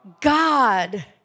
God